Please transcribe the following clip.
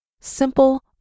simple